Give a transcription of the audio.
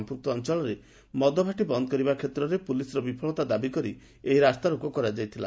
ସଂପୂକ୍ତ ଅଞ୍ଞଳରେ ମଦଭାଟି ବନ୍ଦ କରିବା କ୍ଷେତ୍ରରେ ପୁଲିସ୍ର ବିଫଳତା ଦାବି କରି ଏହି ରାସ୍ତାରୋକ କରାଯାଇଥିଲା